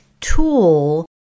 tool